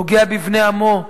פוגע בבני עמו,